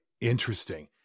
interesting